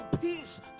peace